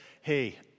hey